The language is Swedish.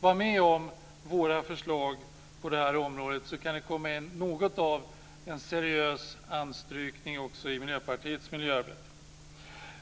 Var med om våra förslag på det här området, så kan det komma in något av en seriös anstrykning också i Miljöpartiets miljöarbete.